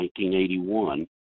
1981